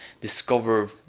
discover